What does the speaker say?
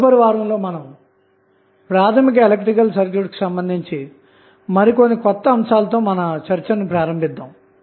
కాబట్టి వచ్చే వారంలో ప్రాథమిక ఎలక్ట్రికల్ సర్క్యూట్ కు సంబంధించిన మరికొన్ని కొత్త అంశాలతో ప్రారంభిద్దాము